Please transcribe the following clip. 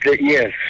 Yes